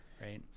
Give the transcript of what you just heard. right